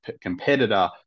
competitor